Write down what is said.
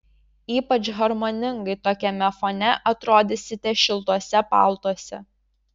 ypač harmoningai tokiame fone atrodysite šiltuose paltuose